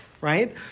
right